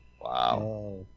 Wow